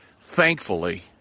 Thankfully